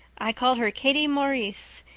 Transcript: i called her katie maurice,